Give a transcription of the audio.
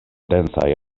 densaj